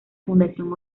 fundación